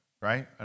right